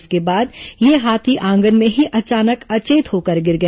इसके बाद यह हाथी आंगन में ही अचानक अचेत होकर गिर गया